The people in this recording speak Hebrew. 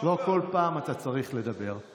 לא כל פעם אתה צריך לדבר.